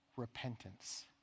Repentance